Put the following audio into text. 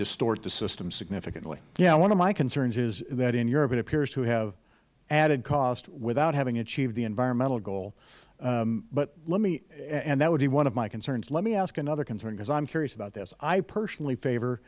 distort the system significantly mister shadegg yes one of my concerns is that in europe it appears to have added cost without having achieved the environmental goal and that would be one of my concerns let me ask another concern because i am curious about this i personally favor